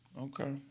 Okay